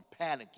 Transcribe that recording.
panicking